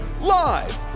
live